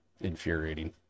infuriating